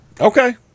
Okay